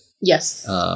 Yes